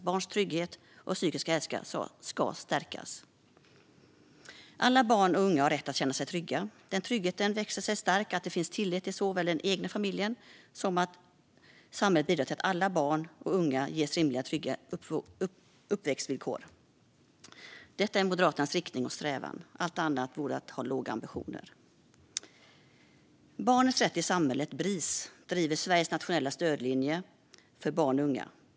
Barns trygghet och psykiska hälsa ska stärkas. Alla barn och unga har rätt att känna sig trygga. Den tryggheten växer sig stark såväl av att det finns tillit till den egna familjen som av att samhället bidrar till att alla barn och unga ges rimliga och trygga uppväxtvillkor. Detta är Moderaternas riktning och strävan. Allt annat vore att ha för låga ambitioner. Barnens rätt i samhället, Bris, driver Sveriges nationella stödlinje för barn och unga.